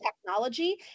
technology